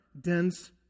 dense